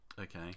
Okay